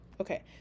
Okay